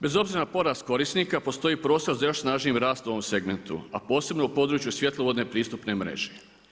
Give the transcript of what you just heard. Bez obzira na porast korisnika postoji prostor za još snažnijim rastom u segmentu, a posebno u području svjetlovodne pristupne mreže.